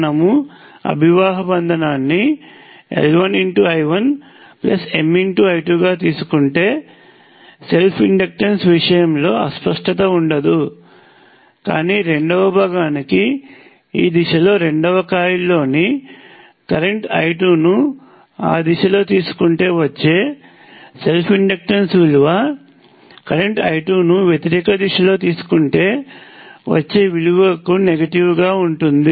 మనము అభివాహ బంధనాన్ని L1I1MI2 గా తీసుకుంటే సెల్ఫ్ ఇండక్టెన్స్ విషయంలో అస్పష్టత ఉండదు కానీ రెండవ భాగానికి ఈ దిశలోరెండవ కాయిల్ లోని కరెంట్ I2 ను ఈ దిశలో తీసుకుంటే వచ్చే సెల్ఫ్ ఇండక్టెన్స్ విలువ కరెంట్ I2 ను వ్యతిరేక దిశలో తీసుకుంటే వచ్చే విలువకు నెగటివ్ గా ఉంటుంది